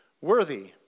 worthy